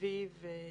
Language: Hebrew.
סביב